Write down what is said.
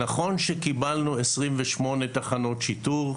נכון שקיבלנו 28 תחנות שיטור,